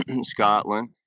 scotland